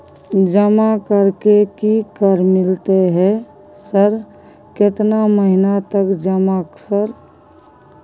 जमा कर के की कर मिलते है सर केतना महीना तक जमा सर?